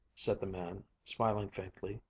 said the man, smiling faintly.